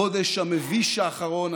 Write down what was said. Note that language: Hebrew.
החודש המביש האחרון,